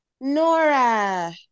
Nora